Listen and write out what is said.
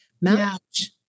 match